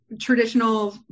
traditional